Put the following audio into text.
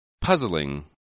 Puzzling